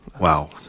Wow